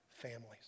families